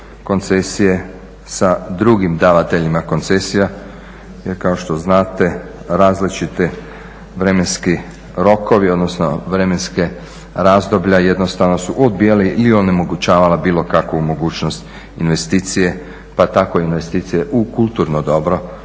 koncesije sa drugim davateljima koncesija jer kao što znate različiti vremenski rokovi, odnosno vremenska razdoblja jednostavno su odbijali i onemogućavali bilo kakvu mogućnost investicije. Pa tako i investicije u kulturno dobro